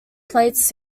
plates